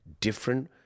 different